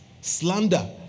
slander